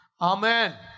Amen